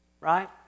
Right